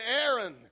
Aaron